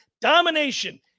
Domination